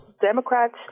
Democrats